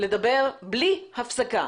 לדבר בלי הפסקה.